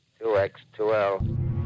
2X2L